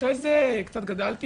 אחרי זה קצת גדלתי.